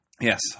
yes